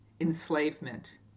enslavement